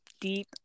deep